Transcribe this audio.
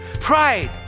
pride